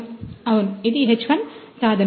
అవును ఇది H1 సాధనం